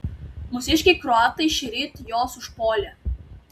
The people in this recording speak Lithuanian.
mūsiškiai kroatai šįryt juos užpuolė